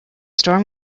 storm